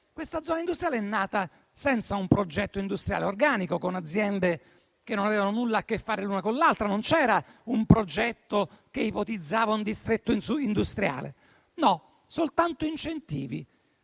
Questa zona industriale è nata senza un progetto industriale organico, con aziende che non avevano nulla a che fare l'una con l'altra; non c'era un progetto che ipotizzava un distretto industriale. Soltanto incentivi,